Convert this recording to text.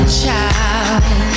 child